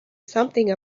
something